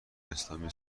اسلامی